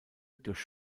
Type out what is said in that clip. durch